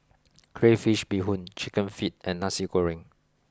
crayfish Beehoon chicken feet and Nasi Goreng